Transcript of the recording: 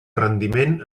rendiment